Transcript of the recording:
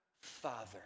father